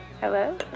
Hello